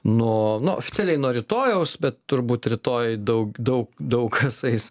nuo nu oficialiai nuo rytojaus bet turbūt rytoj daug daug daug kas eis